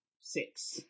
six